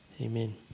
Amen